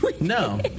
No